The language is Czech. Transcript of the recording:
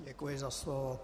Děkuji za slovo.